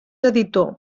editor